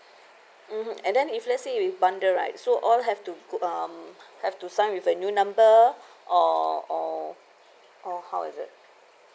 mmhmm and then if let's say with bundle right so all have to um have to sign with a new number or or or how is it